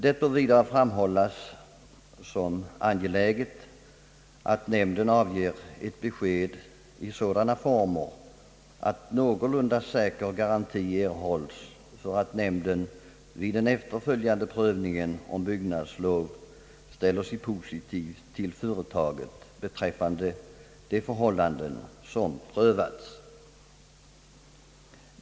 Det bör vidare framhållas som angeläget att nämnden avger ett besked i sådana former att någorlunda säker garanti erhålles för att nämnden vid den efterföljande prövningen av byggnadslov ställer sig positiv till företaget beträffande de förhållanden som prövats.